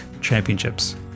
Championships